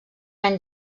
any